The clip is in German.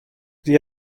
sie